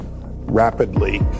rapidly